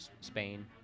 Spain